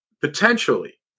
Potentially